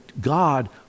God